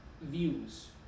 views